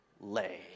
lay